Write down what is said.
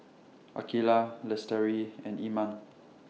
Aqilah Lestari and Iman